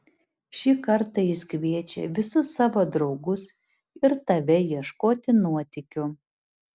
šį kartą jis kviečia visus savo draugus ir tave ieškoti nuotykių